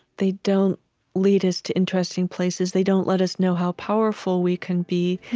they don't lead us to interesting places. they don't let us know how powerful we can be.